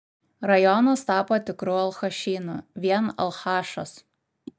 rajonas tapo tikru alchašynu vien alchašos